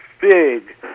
big